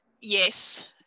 Yes